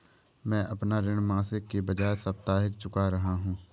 मैं अपना ऋण मासिक के बजाय साप्ताहिक चुका रहा हूँ